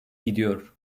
gidiyor